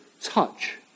touch